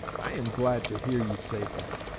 i am glad to hear you say that.